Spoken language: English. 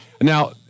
Now